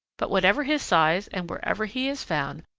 but whatever his size and wherever he is found,